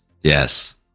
Yes